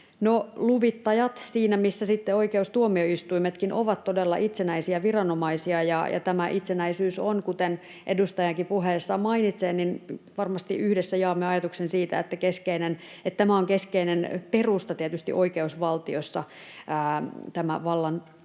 luvittajat siinä missä oikeustuomioistuimetkin ovat todella itsenäisiä viranomaisia, ja tämä itsenäisyys on, kuten edustajakin puheessaan mainitsee... Varmasti yhdessä jaamme ajatuksen siitä, että tämä vallan toimijako ja vastuiden jako on